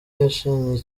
yashenye